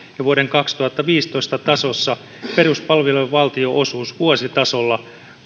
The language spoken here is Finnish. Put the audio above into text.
ja vuoden kaksituhattaviisitoista tasossa peruspalveluiden valtionosuus vuositasolla